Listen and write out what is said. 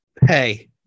hey